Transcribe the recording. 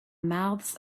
mouths